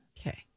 Okay